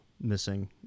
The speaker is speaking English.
missing